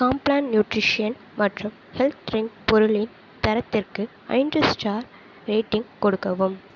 Complan nutrition மற்றும் health drink பொருளின் தரத்திற்கு ஐந்து ஸ்டார் ரேட்டிங் கொடுக்கவும்